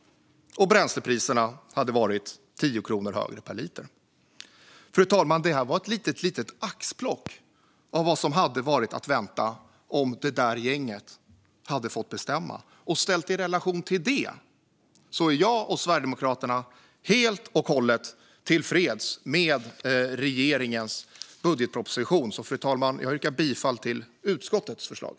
Bränslepriserna hade varit 10 kronor högre per liter. Fru talman! Det här var ett litet axplock av vad som hade varit att vänta om det där gänget hade fått bestämma. Ställt i relation till det är jag och Sverigedemokraterna helt och hållet tillfreds med regeringens budgetproposition. Fru talman! Jag yrkar bifall till utskottets förslag.